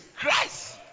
Christ